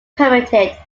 permitted